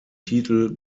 titel